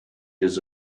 didn’t